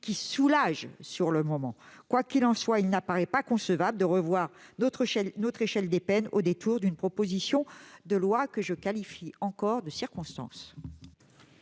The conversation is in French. qui soulagent sur le moment. Quoi qu'il en soit, il n'apparaît pas concevable de revoir l'échelle des peines au détour d'une proposition de loi que je qualifie encore « de circonstance